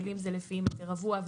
ההיטלים זה לפי מטר רבוע,